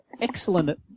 excellent